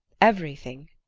everything?